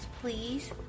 please